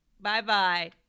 Bye-bye